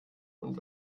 und